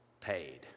paid